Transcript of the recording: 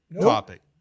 topic